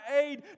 aid